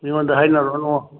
ꯃꯤꯉꯣꯟꯗ ꯍꯥꯏꯅꯔꯨꯔꯅꯨ